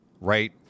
right